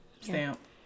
Stamp